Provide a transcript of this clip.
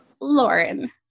Lauren